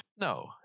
No